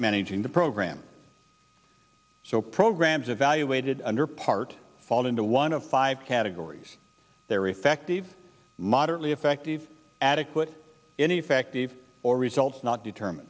managing the program so programs evaluated under part fall into one of five categories they were effective moderately effective adequate ineffective or results not determine